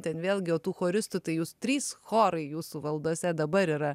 ten vėlgi o tų choristų tai jūs trys chorai jūsų valdose dabar yra